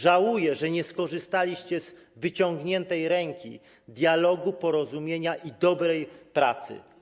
Żałuję, że nie skorzystaliście z wyciągniętej ręki, dialogu, porozumienia i dobrej pracy.